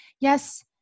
yes